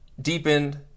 deepened